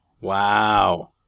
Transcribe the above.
Wow